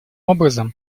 образом